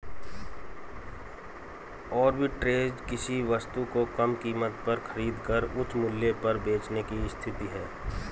arbitrage किसी वस्तु को कम कीमत पर खरीद कर उच्च मूल्य पर बेचने की स्थिति है